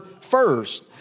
first